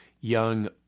young